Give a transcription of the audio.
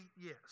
yes